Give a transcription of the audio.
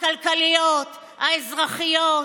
הכלכליות, האזרחיות,